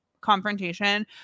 confrontation